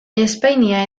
espainia